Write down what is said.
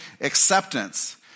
acceptance